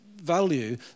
value